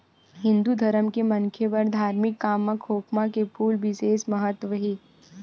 हिंदू धरम के मनखे बर धारमिक काम म खोखमा के फूल के बिसेस महत्ता हे